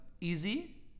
easy